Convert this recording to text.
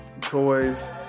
toys